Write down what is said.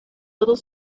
little